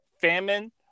famine